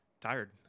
tired